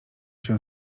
się